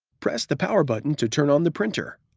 press the power button to turn on the printer.